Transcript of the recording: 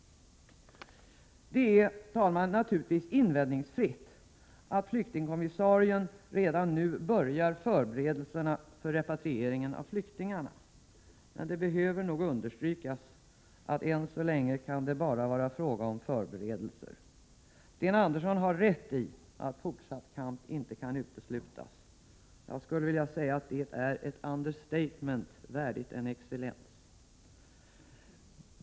Det är, herr talman, naturligtvis invändningsfritt att flyktingkommissarien redan nu börjar förberedelserna för repatrieringen av flyktingarna, men det behöver nog understrykas att det än så länge bara kan vara fråga om förberedelser. Sten Andersson har rätt i att fortsatt kamp inte kan uteslutas. Jag skulle vilja säga att det är ett understatement värdigt en excellens.